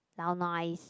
lao nua is